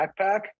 backpack